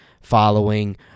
following